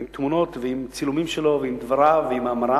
עם תמונות ועם צילומים שלו ועם דבריו ומאמריו.